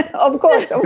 and of course. so